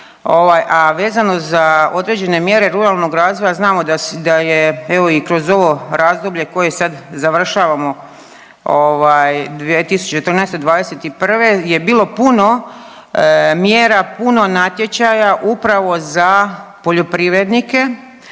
A vezano za određene mjere ruralnog razvoja znamo da je evo i kroz ovo razdoblje koje sad završavamo 2014.-'21. je bilo puno mjera puno natječaja upravo za poljoprivrednike